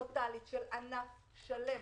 זה קריסה טוטלית של ענף שלם.